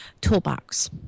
Toolbox